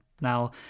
Now